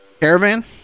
Caravan